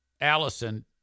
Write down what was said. Allison